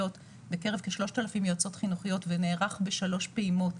כ-3,000 יועצות חינוכיות ונערך בשלוש פעימות,